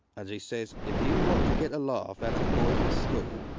and she says if you want to get a laugh out of the boys at school,